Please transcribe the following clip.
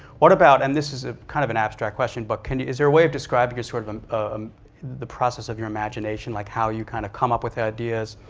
what about, and this is ah kind of an abstract question, but kind of is there a way of describing sort of um um the process of your imagination, like how you kind of come up with ideas?